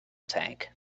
tank